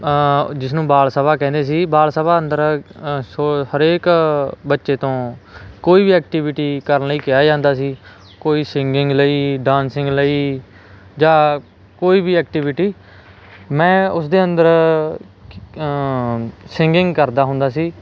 ਜਿਸਨੂੰ ਬਾਲ ਸਭਾ ਕਹਿੰਦੇ ਸੀ ਬਾਲ ਸਭਾ ਅੰਦਰ ਅ ਸੋ ਹਰੇਕ ਬੱਚੇ ਤੋਂ ਕੋਈ ਵੀ ਐਕਟੀਵਿਟੀ ਕਰਨ ਲਈ ਕਿਹਾ ਜਾਂਦਾ ਸੀ ਕੋਈ ਸਿੰਗਿੰਗ ਲਈ ਡਾਂਸਿੰਗ ਲਈ ਜਾਂ ਕੋਈ ਵੀ ਐਕਟੀਵਿਟੀ ਮੈਂ ਉਸ ਦੇ ਅੰਦਰ ਸਿੰਗਿੰਗ ਕਰਦਾ ਹੁੰਦਾ ਸੀ